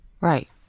Right